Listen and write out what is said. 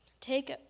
Take